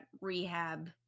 rehab